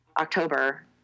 October